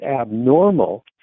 abnormal